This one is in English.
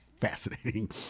fascinating